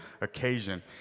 occasion